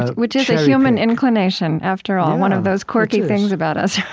ah which is a human inclination, after all one of those quirky things about us,